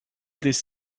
this